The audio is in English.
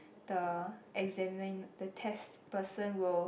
the examine the test person will